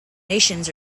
nations